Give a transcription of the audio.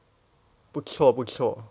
不错不错